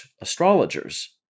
astrologers